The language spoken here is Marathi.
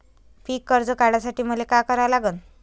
पिक कर्ज काढासाठी मले का करा लागन?